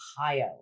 Ohio